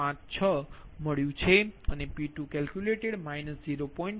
556 મળ્યું છે આ P2 calculated 0